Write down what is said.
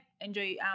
enjoy